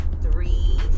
three